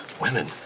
women